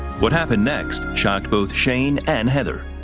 what happened next shocked both shane and heather.